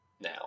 now